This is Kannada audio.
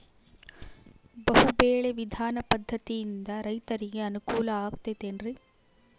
ಬಹು ಬೆಳೆ ವಿಧಾನ ಪದ್ಧತಿಯಿಂದ ರೈತರಿಗೆ ಅನುಕೂಲ ಆಗತೈತೇನ್ರಿ?